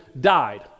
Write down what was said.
died